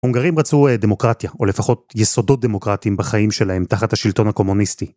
הונגרים רצו דמוקרטיה, או לפחות יסודות דמוקרטיים בחיים שלהם תחת השלטון הקומוניסטי.